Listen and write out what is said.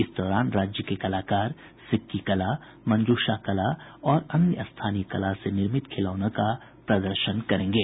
इस दौरान राज्य के कलाकार सिक्की कला मंजूषा कला और अन्य स्थानीय कला से निर्मित खिलौनों का प्रदर्शन करेंगे